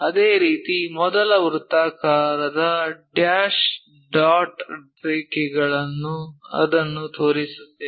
ಅದೇ ರೀತಿ ಮೊದಲ ವೃತ್ತಾಕಾರದ ಡ್ಯಾಶ್ ಡಾಟ್ ರೇಖೆಗಳನ್ನು ಅದನ್ನು ತೋರಿಸುತ್ತೇವೆ